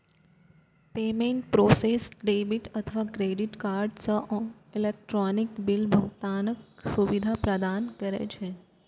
payment processor debit अथवा credit card सं electronic bill भुगतानक सुविधा प्रदान करै छै